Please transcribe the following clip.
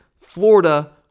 Florida